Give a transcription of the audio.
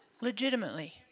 Legitimately